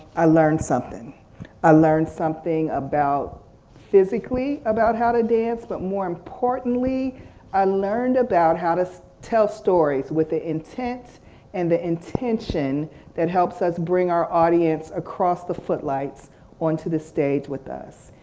i learned something i learned something about physically about how to dance but more importantly i learned about how to tell stories with the intent and the intention that helps us bring our audience across the footlights onto the stage with us.